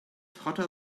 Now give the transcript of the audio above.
hotter